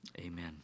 Amen